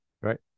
Right